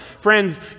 Friends